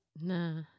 Nah